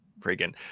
Freaking